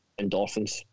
endorphins